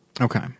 Okay